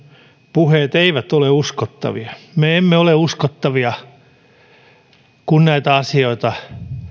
puheet eivät ole uskottavia me emme ole uskottavia kun näitä asioita